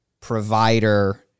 provider